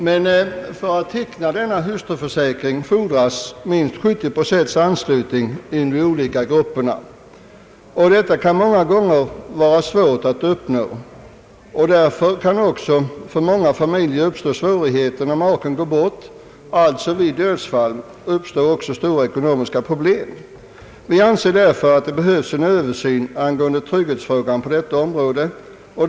Men för att få teckna denna hustruförsäkring fordras minst 75 procent anslutning inom de olika grupperna. Detta kan många gånger vara svårt att uppnå. För många familjer kan därför när hustrun går bort, alltså vid dödsfall, uppstå svåra ekonomiska problem. Vi anser att det behövs en översyn av trygghetsfrågan på detta område.